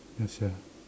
ya sia